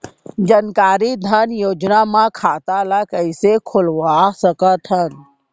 जानकारी धन योजना म खाता ल कइसे खोलवा सकथन?